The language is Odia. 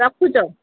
ରଖୁଛ